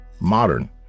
modern